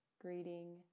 greeting